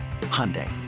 Hyundai